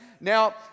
Now